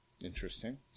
Interesting